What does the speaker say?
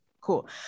Cool